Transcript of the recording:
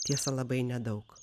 tiesa labai nedaug